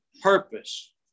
purpose